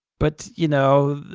but you know,